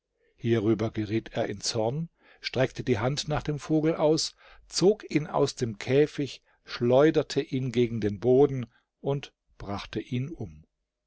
hierüber geriet er in zorn streckte die hand nach dem vogel aus zog ihn aus dem käfig schleuderte ihn gegen den boden und brachte ihn um